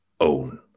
own